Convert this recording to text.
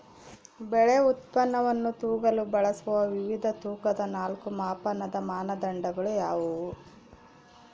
ಬೆಳೆ ಉತ್ಪನ್ನವನ್ನು ತೂಗಲು ಬಳಸುವ ವಿವಿಧ ತೂಕದ ನಾಲ್ಕು ಮಾಪನದ ಮಾನದಂಡಗಳು ಯಾವುವು?